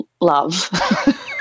love